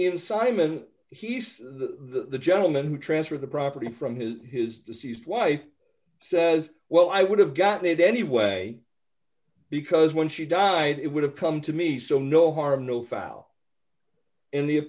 in simon he says the gentleman who transferred the property from his his deceased wife says well i would have got it anyway because when she died it would have come to me so no harm no foul in the